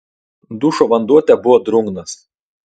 dušo vanduo tebuvo drungnas